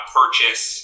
purchase